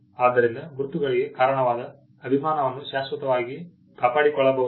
ಆದ್ದರಿಂದ ಗುರುತುಗಳಿಗೆ ಕಾರಣವಾದ ಅಭಿಮಾನವನ್ನು ಶಾಶ್ವತವಾಗಿ ಕಾಪಾಡಿಕೊಳ್ಳಬಹುದು